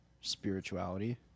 spirituality